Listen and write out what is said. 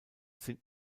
sind